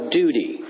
duty